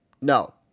No